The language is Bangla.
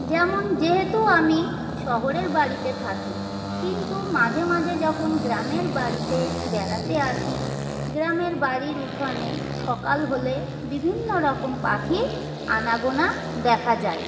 যেমন যেহেতু আমি শহরের বাড়িতে থাকি কিন্তু মাঝে মাঝে যখন গ্রামের বাড়িতে বেড়াতে আসি গ্রামের বাড়ির উঠোনে সকাল হলে বিভিন্ন রকম পাখির আনাগোনা দেখা যায়